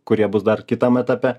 kurie bus dar kitam etape